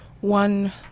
one